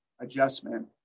adjustment